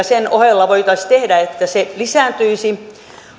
sen ohella voitaisiin tehdä että koulutusvienti lisääntyisi